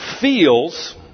feels